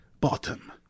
Bottom